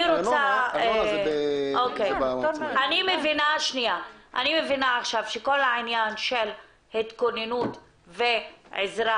אני מבינה עכשיו שכל העניין של התכוננות ועזרה